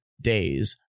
Days